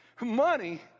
money